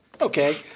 Okay